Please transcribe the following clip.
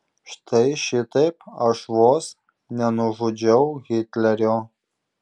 štai šitaip aš vos nenužudžiau hitlerio